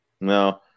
No